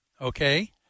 okay